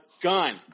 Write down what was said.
gun